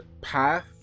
path